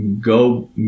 go